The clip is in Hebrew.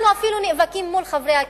אנחנו אפילו נאבקים מול חברי הכנסת.